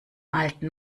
alten